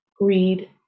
greed